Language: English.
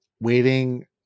waiting